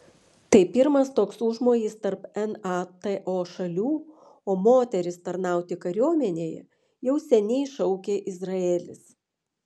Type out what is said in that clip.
tai pirmas toks užmojis tarp nato šalių o moteris tarnauti kariuomenėje jau seniai šaukia izraelis